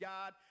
God